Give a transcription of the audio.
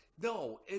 No